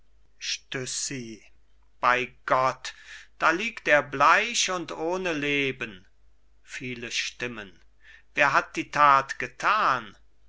bei gott da liegt er bleich und ohne leben viele stimmen wer hat die tat getan